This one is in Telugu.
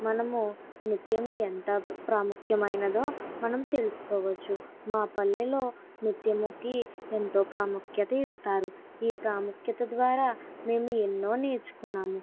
మనము నృత్యము ఎంత ప్రాముఖ్యమైనదో మనం తెలుసుకోవచ్చు మా పల్లెలో నృత్యముకి ఎంతో ప్రాముఖ్యత ఇస్తారు ఈ ప్రాముఖ్యత ద్వారా మేము ఎన్నో నేర్చుకున్నాము